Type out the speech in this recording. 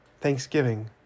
Thanksgiving